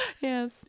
Yes